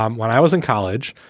um when i was in college,